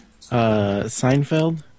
Seinfeld